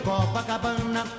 Copacabana